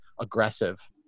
aggressive